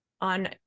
on